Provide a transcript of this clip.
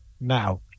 Now